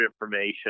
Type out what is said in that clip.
information